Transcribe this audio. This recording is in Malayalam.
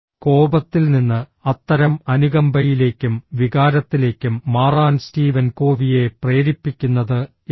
കോപത്തിൽ നിന്ന് അത്തരം അനുകമ്പയിലേക്കും വികാരത്തിലേക്കും മാറാൻ സ്റ്റീവൻ കോവിയെ പ്രേരിപ്പിക്കുന്നത് എന്താണ്